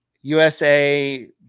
USA